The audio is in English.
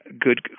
good